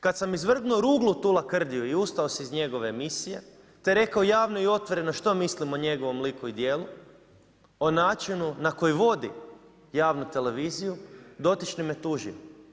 Kada sam izvrgnu ruglu tu lakrdiju i ustao se iz njegove emisije, te rekao javno i otvoreno što mislim o njegovom liku i djelu, o načinu na koji vodi javnu televiziju dotični me tužio.